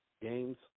games